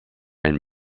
and